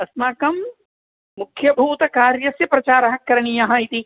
अस्माकं मुख्यभूतकार्यस्य प्रचारः करणीयः इति